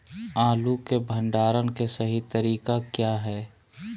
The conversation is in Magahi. आलू के भंडारण के सही तरीका क्या है?